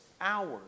hours